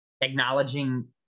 acknowledging